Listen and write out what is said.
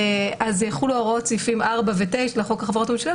אז יחולו הוראות סעיפים 4 ו- -- לחוק החברות הממשלתיות